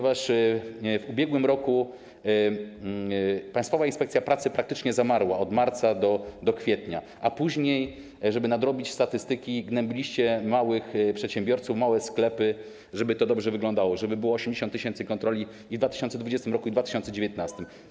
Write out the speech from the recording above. W ubiegłym roku Państwowa Inspekcja Pracy praktycznie zamarła od marca do kwietnia, a później, żeby nadrobić statystyki, gnębiliście małych przedsiębiorców, małe sklepy, żeby to dobrze wyglądało, żeby było 80 tys. kontroli i w 2020 r., i w 2019 r.